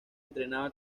entrenaba